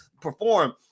perform